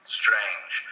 strange